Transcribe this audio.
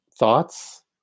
Thoughts